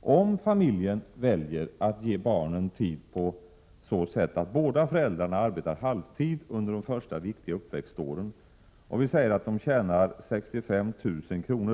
Om familjen väljer att ge barnen tid på så sätt att båda föräldrarna arbetar halvtid under de första viktiga uppväxtåren och de tjänar 65 000 kr.